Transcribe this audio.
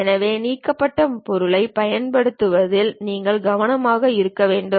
எனவே நீக்கப்பட்ட பொருளைப் பயன்படுத்துவதில் நீங்கள் கவனமாக இருக்க வேண்டும்